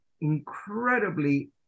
incredibly